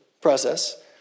process